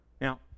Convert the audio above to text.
Now